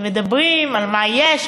מדברים על מה יש,